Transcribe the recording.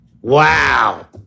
Wow